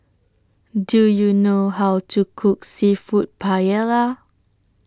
Do YOU know How to Cook Seafood Paella